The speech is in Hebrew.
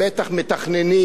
הם בטח מתכננים.